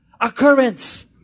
occurrence